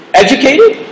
educated